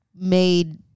made